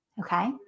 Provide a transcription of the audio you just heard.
Okay